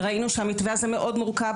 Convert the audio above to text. וראינו שהמתווה הזה מורכב מאוד,